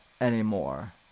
anymore